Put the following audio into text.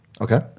okay